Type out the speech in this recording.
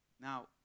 Now